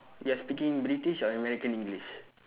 you are speaking british or american english